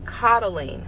coddling